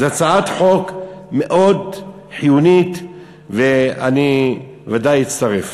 זאת הצעת חוק מאוד חיונית, ואני ודאי אצטרף.